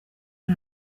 ari